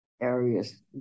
areas